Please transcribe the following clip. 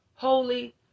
Holy